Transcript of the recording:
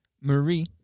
Marie